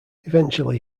eventually